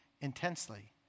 intensely